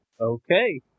Okay